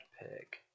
Pick